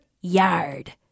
yard